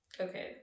okay